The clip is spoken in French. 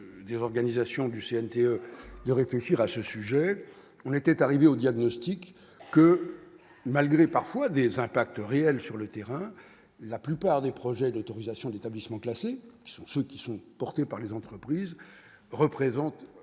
dire organisation du CNT de réfléchir à ce sujet, on était arrivé au diagnostic que malgré parfois des impact réel sur le terrain, la plupart des projets d'autorisation d'établissements classés sont ceux qui sont portés par les entreprises représentent